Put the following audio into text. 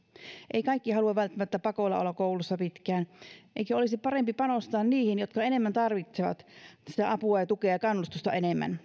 eivät kaikki halua välttämättä pakolla olla koulussa pitkään eikö olisi parempi panostaa niihin jotka enemmän tarvitsevat sitä apua ja tukea ja kannustusta